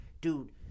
dude